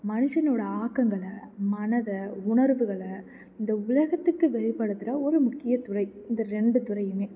மனுஷனோடய ஆக்கங்களை மனதை உணர்வுகளை இந்த உலகத்துக்கு வெளிப்படுத்துகிற ஒரு முக்கிய துறை இந்த ரெண்டு துறையுமே